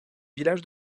villages